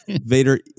vader